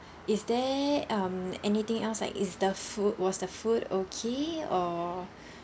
is there um anything else like is the food was the food okay or